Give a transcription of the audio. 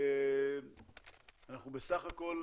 בסך הכול